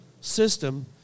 system